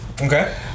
Okay